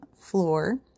floor